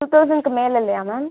to தௌசண்ட்க்கு மேலே இல்லையா மேம்